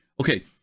Okay